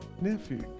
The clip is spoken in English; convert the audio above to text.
nephew